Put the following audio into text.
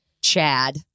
Chad